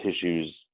tissues